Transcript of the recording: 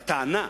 והטענה,